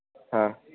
હા